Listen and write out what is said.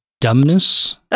dumbness